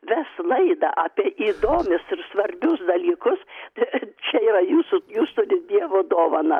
vest laidą apie įdomius ir svarbius dalykus tai čia yra jūsų jūs turit dievo dovaną